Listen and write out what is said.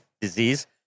disease